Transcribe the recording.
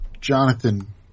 Jonathan